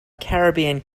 caribbean